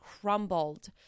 crumbled